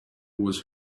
was